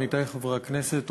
עמיתי חברי הכנסת,